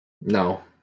No